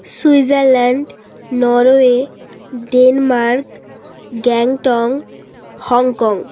Switzerland Norway Denmark Gangtok Hong Kong